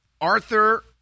Arthur